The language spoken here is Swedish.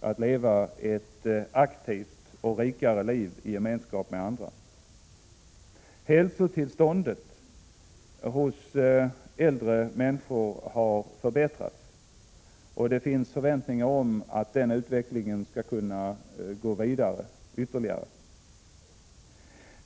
att leva ett aktivt och rikt liv i gemenskap med andra. Hälsotillståndet hos äldre människor har förbättrats. Det finns förväntningar om att den utvecklingen skall fortsätta.